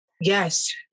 Yes